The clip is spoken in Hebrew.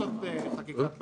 חקיקת בזק,